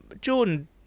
Jordan